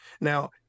Now